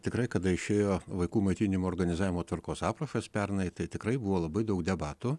tikrai kada išėjo vaikų maitinimo organizavimo tvarkos aprašas pernai tai tikrai buvo labai daug debatų